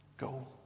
Go